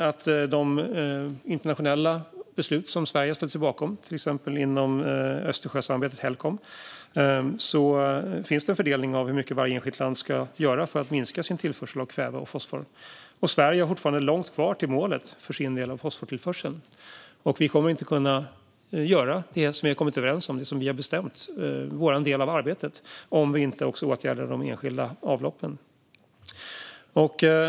I de internationella beslut som Sverige har ställt sig bakom, till exempel inom Östersjösamarbetet Helcom, finns det en fördelning av hur mycket varje enskilt land ska göra för att minska sin tillförsel av kväve och fosfor. Sverige har fortfarande långt kvar till målet för sin del av fosfortillförseln. Vi kommer inte att kunna göra det som vi har kommit överens om, vår del av arbetet, om vi inte också åtgärdar de enskilda avloppen.